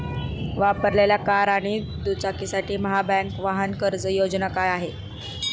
वापरलेल्या कार आणि दुचाकीसाठी महाबँक वाहन कर्ज योजना काय आहे?